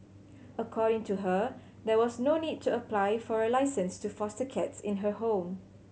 according to her there was no need to apply for a licence to foster cats in her home